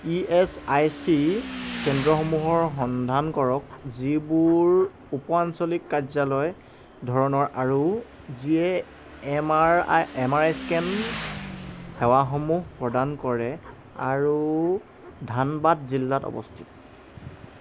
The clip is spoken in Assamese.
ই এচ আই চি কেন্দ্ৰসমূহৰ সন্ধান কৰক যিবোৰ উপআঞ্চলিক কাৰ্যালয় ধৰণৰ আৰু যিয়ে M R M R I scan সেৱাসমূহ প্ৰদান কৰে আৰু ধানবাদ জিলাত অৱস্থিত